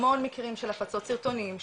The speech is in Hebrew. המון מקרים של הפצות סרטונים,